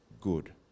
good